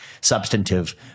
substantive